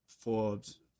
Forbes